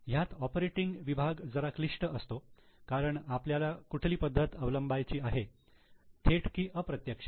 ह्यात ऑपरेटिंग विभाग जरा क्लिष्ट असतो कारण आपल्याला कुठली पद्धत अवलंबईची आहे थेट की अप्रत्यक्ष